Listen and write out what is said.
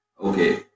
okay